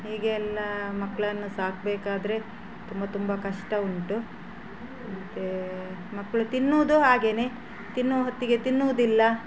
ಹೀಗೆ ಎಲ್ಲ ಮಕ್ಕಳನ್ನು ಸಾಕಬೇಕಾದ್ರೆ ತುಂಬ ತುಂಬ ಕಷ್ಟ ಉಂಟು ಮತ್ತು ಮಕ್ಕಳು ತಿನ್ನೋದು ಹಾಗೇ ತಿನ್ನುವ ಹೊತ್ತಿಗೆ ತಿನ್ನೋದಿಲ್ಲ